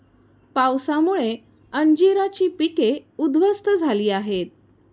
पावसामुळे अंजीराची पिके उध्वस्त झाली आहेत